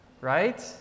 right